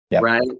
right